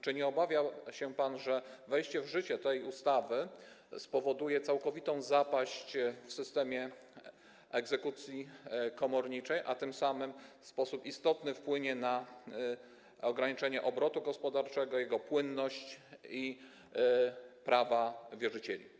Czy nie obawia się pan, że wejście w życie tej ustawy spowoduje całkowitą zapaść w systemie egzekucji komorniczej, a tym samym w sposób istotny wpłynie na ograniczenie obrotu gospodarczego, jego płynność i prawa wierzycieli?